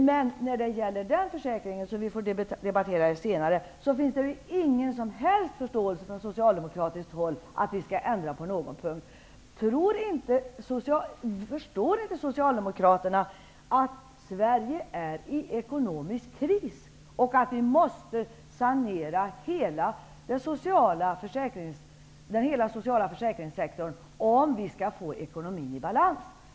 Men när det gäller den försäkringen, som vi får debattera senare, finns det ingen som helst förståelse från socialdemokratiskt håll för att vi skall ändra på någon punkt. Förstår inte socialdemokraterna att Sverige är i ekonomisk kris och att vi måste sanera hela den sociala försäkringssektorn om vi skall få ekonomin i balans?